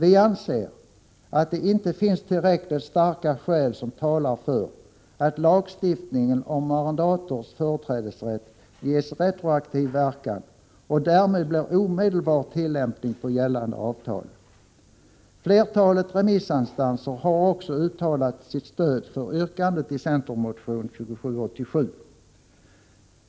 Vi anser att det inte finns tillräckligt starka skäl som talar för att lagstiftningen om arrendators företrädesrätt ges retroaktiv verkan och därmed blir omedelbart tillämplig på gällande avtal. Flertalet remissinstanser har också uttalat sitt stöd för yrkandet i centermotionen 2787.